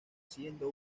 siendo